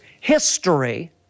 history